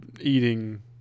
eating